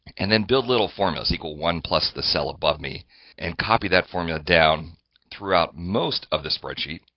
and then build little formulas one plus the cell above me and copy that formula down throughout most of the spreadsheet,